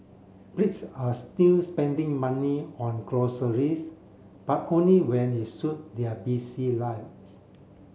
Brits are still spending money on groceries but only when it suit their busy lives